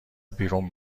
بیرون